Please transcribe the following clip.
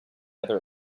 other